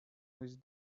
with